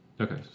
Okay